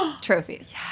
trophies